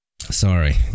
Sorry